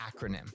acronym